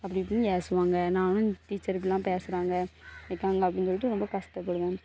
அப்படி இப்படின்னு ஏசுவாங்க நானும் டீச்சர் இப்படியெலாம் பேசுகிறாங்க சொல்லிவிட்டு ரொம்ப கஷ்டப்படுவேன்